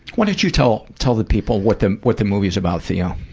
why don't you tell, tell the people what the what the movie's about theo.